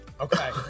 Okay